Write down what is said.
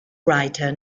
writer